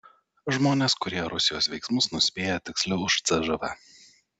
žmonės kurie rusijos veiksmus nuspėja tiksliau už cžv